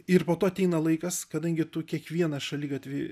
ir po to ateina laikas kadangi tų kiekvieną šaligatvį